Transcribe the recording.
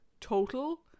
total